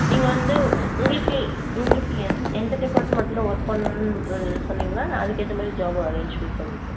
நீங்கள் வந்து உங்களுக்கு உங்களுக்கு எந் எந்த டிபார்ட்மெண்ட்ல ஒர்க் பண்ணணுன்ற சொன்னீங்கன்னால் அதுக்கேற்ற மாதிரி ஜாபு அரேஞ்மண்ட் பண்ணுவேன்